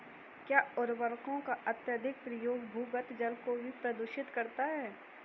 क्या उर्वरकों का अत्यधिक प्रयोग भूमिगत जल को भी प्रदूषित करता है?